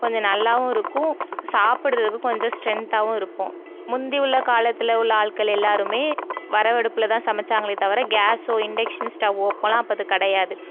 கொஞ்சம் நல்லாவும் இருக்கும் சாப்பிட்றதுக்கு கொஞ்சம் ஸ்ரென்த்தாகவும் இருக்கும் முந்தி உள்ள காலத்தில் உள்ள ஆட்கள் எல்லாேருமே விறகடுப்புலதான் சமைத்தாங்களே தவிர கேஸ்ஸோ இன்டெக்ஸன் ஸ்டவ்வோ அப்பெலாம் அப்போ அது கிடையாது